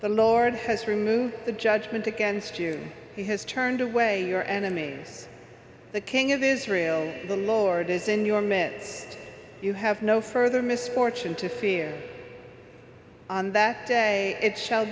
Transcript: the lord has removed the judgement against you he has turned away your enemies the king of israel the lord is in your midst you have no further misfortune to fear on that day it shall